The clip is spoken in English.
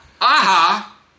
aha